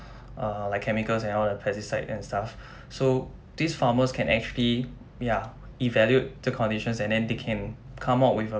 err like chemicals and all the pesticides and stuff so these farmers can actually ya evaluate the conditions and then they can come up with a